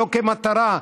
לא כמטרה.